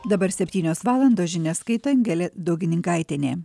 dabar septynios valandos žinias skaito angelė daugininkaitienė